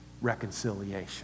reconciliation